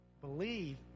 Believe